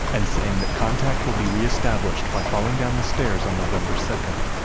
and saying that contact will be re-established by falling down the stairs on november second.